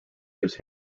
use